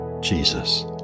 Jesus